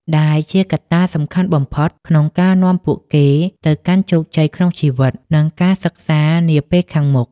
ដែលជាកត្តាសំខាន់បំផុតក្នុងការនាំពួកគេទៅកាន់ជោគជ័យក្នុងជីវិត និងការសិក្សានាពេលខាងមុខ។